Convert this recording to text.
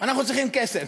אנחנו צריכים כסף,